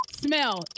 Smell